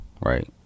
right